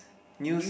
new